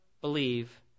believe